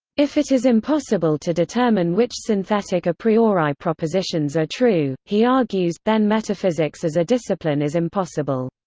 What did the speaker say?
if it is impossible to determine which synthetic a priori propositions are true, he argues, then metaphysics as a discipline is impossible.